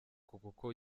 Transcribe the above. kuko